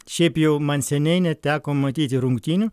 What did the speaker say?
šiaip jau man seniai neteko matyti rungtynių